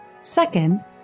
Second